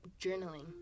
Journaling